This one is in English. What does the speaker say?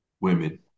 women